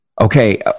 okay